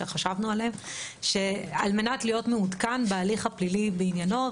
שחשבנו עליהם על מנת להיות מעודכן בהליך הפלילי בעניינו,